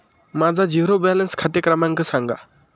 माझा zero balance खाते क्रमांक सांगा